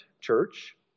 church